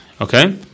Okay